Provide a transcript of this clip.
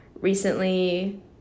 recently